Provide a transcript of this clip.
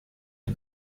dem